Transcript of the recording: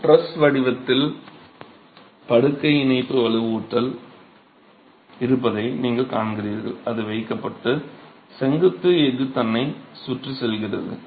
ஒரு டிரஸ் வடிவத்தில் படுக்கை இணைப்பு வலுவூட்டல் இருப்பதை இங்கே நீங்கள் காண்கிறீர்கள் அது வைக்கப்பட்டு செங்குத்து எஃகு தன்னைச் சுற்றி செல்கிறது